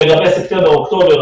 לגבי ספטמבר-אוקטובר,